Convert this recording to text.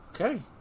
Okay